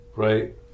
right